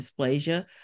dysplasia